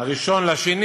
1 בפברואר.